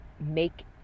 make